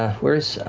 where's